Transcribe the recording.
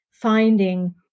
finding